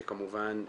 שכמובן,